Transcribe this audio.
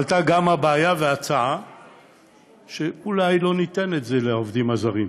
עלתה גם הבעיה וההצעה שאולי לא ניתן את זה לעובדים הזרים.